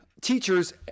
teachers